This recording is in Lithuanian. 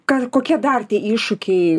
ką kokie dar tie iššūkiai